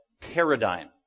paradigm